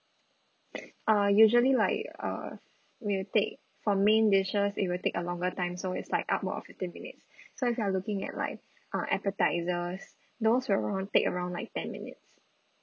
uh usually like uh we'll take for main dishes it will take a longer time so it's like upward of fifteen minutes so if you're looking at like uh appetizers those around take around like ten minutes